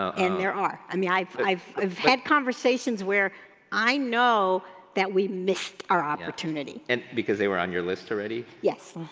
and there are. i mean, i've i've had conversations where i know that we missed our opportunity. and because they were on your list already? yes.